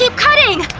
so cutting!